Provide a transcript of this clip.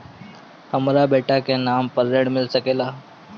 हमरा बेटा के नाम पर ऋण मिल सकेला?